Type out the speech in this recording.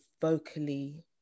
vocally